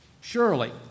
Surely